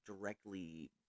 directly